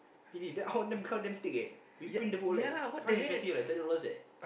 really then our one become damn thick eh we print the book like quite expensive eh ten dollars eh